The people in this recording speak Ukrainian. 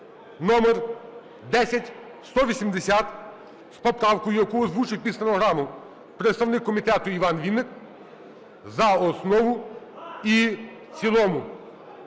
(№10180) з поправкою, яку озвучив під стенограму представник комітету Іван Вінник, за основу і в цілому.